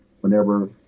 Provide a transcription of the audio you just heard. Whenever